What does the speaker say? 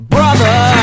Brother